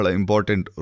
important